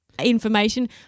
information